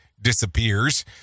disappears